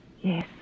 Yes